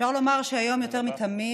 אפשר לומר שהיום יותר מתמיד